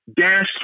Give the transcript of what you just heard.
Dash